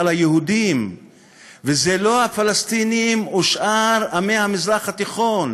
ולא הפלסטינים ושאר עמי המזרח התיכון.